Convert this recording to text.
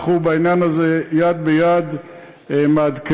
בעניין הזה אנחנו יד ביד מעדכנים,